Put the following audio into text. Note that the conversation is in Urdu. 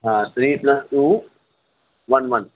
ہاں three plus two one one